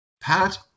Pat